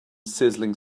sizzling